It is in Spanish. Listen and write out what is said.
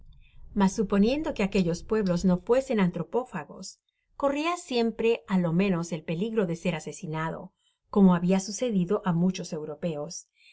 mas suponiendo que aquellos pueblos no fuesen antropófagos corria siempre á lo menos el peligro de ser asesinado como habia sucedido á muchos europeos